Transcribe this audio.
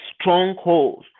strongholds